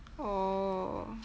oh